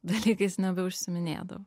dalykais nebeužsiiminėjo